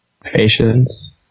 Patience